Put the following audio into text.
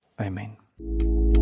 Amen